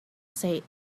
said